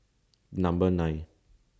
Number nine